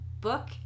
book